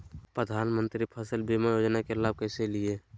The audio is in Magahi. प्रधानमंत्री फसल बीमा योजना के लाभ कैसे लिये?